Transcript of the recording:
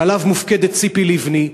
שעליו מופקדת ציפי לבני,